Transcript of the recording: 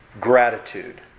Gratitude